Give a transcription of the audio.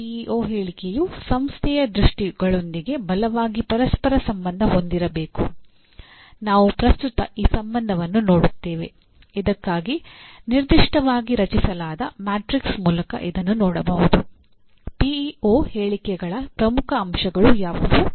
PEO ಹೇಳಿಕೆಗಳ ಪ್ರಮುಖ ಅಂಶಗಳು ಯಾವುವು